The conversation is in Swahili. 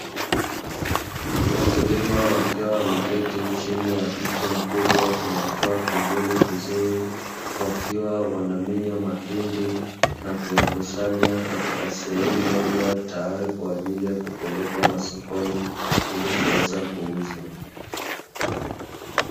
Wakulima wakiwa wame keti chini ya mti mkubwa unao toa kivuli kizuri, wakiwa wanamenya mahindi na kuyakusanya katika sehemu moja, tayari kwaajili ya kuyapelekwa masokoni ili kuweza kuuzwa.